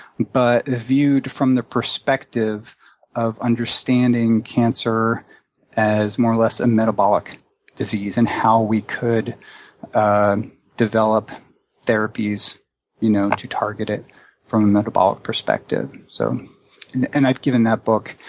but viewed from the perspective of understanding cancer as more or less a metabolic disease and how we could and develop therapies you know to target it from a metabolic perspective. so and i've given that book,